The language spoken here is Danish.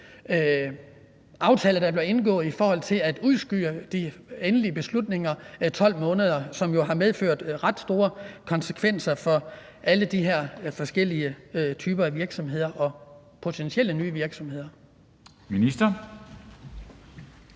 aftale, der er blevet indgået, i forhold til at udskyde de endelige beslutninger 12 måneder, som jo har haft ret store konsekvenser for alle de her forskellige typer af virksomheder og potentielle nye virksomheder?